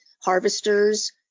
harvesters